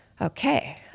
okay